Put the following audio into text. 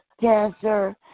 cancer